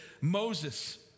Moses